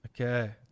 Okay